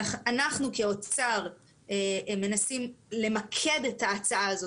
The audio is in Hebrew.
אנחנו כאוצר מנסים למקד את ההצעה הזאת.